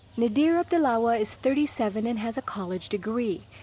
nadir abdullaweh is thirty seven and has a college degree.